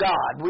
God